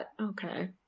okay